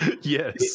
Yes